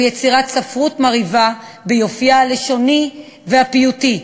יצירת ספרות מרהיבה ביופייה הלשוני והפיוטי,